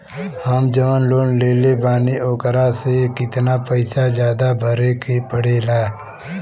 हम जवन लोन लेले बानी वोकरा से कितना पैसा ज्यादा भरे के पड़ेला?